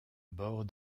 bord